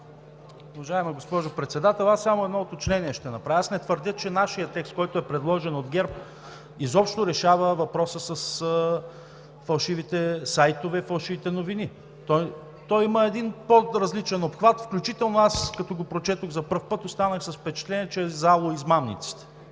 Уважаема госпожо Председател, само едно уточнение ще направя. Аз не твърдя, че нашият текст, предложен от ГЕРБ, изобщо решава въпроса с фалшивите сайтове, фалшивите новини. Той има един по-различен обхват, включително аз, като го прочетох за пръв път, останах с впечатлението, че е за ало измамниците,